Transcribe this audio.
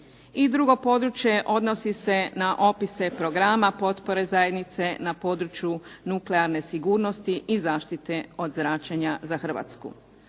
drugo područje odnosi se na opise programa potpore zajednice na području nuklearne sigurnosti i zaštite od zračenja za Hrvatsku.